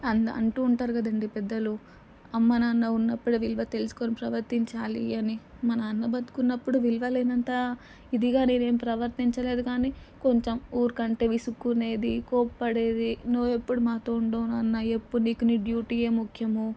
అని అంటూ ఉంటారు కదా అండి పెద్దలు అమ్మానాన్న ఉన్నప్పుడే విలువ తెలుసుకొని ప్రవర్తించాలి అని మా నాన్న బ్రతికున్నప్పుడు విలువ లేనంత ఇదిగా నేను ఏం ప్రవర్తించలేదు కానీ కొంచెం ఊరికే అంటే విసుక్కునేది కోప పడేది నువ్వెప్పుడూ మాతో ఉండవు నాన్న ఎప్పుడు నీకు నీ డ్యూటీయే ముఖ్యము